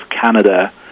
Canada